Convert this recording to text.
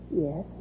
Yes